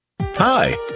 Hi